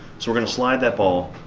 so we're gonna slide that ball